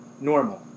normal